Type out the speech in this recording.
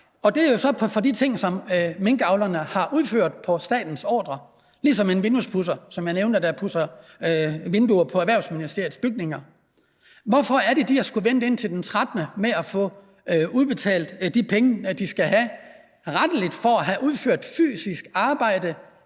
og det er jo så for de ting, som minkavlerne har udført på statens ordre, ligesom en vinduespudser, som jeg nævnte, der pudser vinduer på Erhvervsministeriets bygning. Hvorfor er det, at de har skullet vente indtil den 13. januar med at få udbetalt de penge, de rettelig skal have for at have udført et fysisk arbejde,